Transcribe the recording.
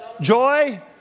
Joy